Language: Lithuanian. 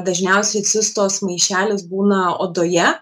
dažniausiai cistos maišelis būna odoje